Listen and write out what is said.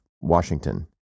Washington